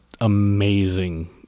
amazing